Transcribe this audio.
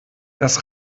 das